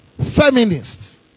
feminists